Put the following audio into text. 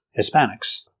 Hispanics